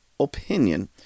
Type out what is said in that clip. Opinion